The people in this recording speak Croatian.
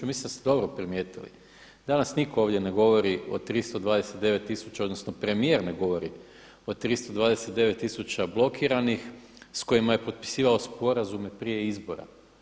I mislim da ste dobro primijetili, danas nitko ovdje ne govori od 329 tisuća, odnosno premijer ne govori o 329 tisuća blokiranih s kojima je potpisivao sporazume prije izbora.